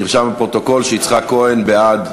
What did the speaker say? נרשם בפרוטוקול שיצחק כהן בעד,